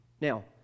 Now